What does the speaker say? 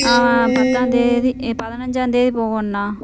பத்தாம்தேதி பதினைஞ்சாந்தேதி போகவோங்ண்ணா